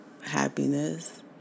happiness